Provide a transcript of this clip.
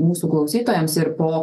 mūsų klausytojams ir po